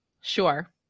Sure